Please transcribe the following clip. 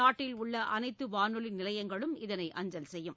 நாட்டில் உள்ள அனைத்து வானொலி நிலையங்களும் இதனை அஞ்சல் செய்யும்